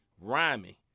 rhyming